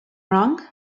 wrong